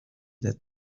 that